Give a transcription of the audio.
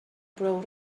prou